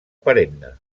perenne